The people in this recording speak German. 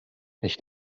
nicht